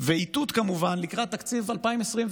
ואיתות כמובן לקראת תקציב 2024,